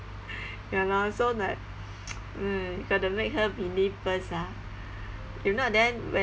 ya lor so like mm you got to make her believe first ah if not then when